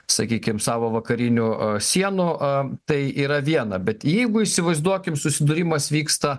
sakykim savo vakarinių sienų a tai yra viena bet jeigu įsivaizduokim susidūrimas vyksta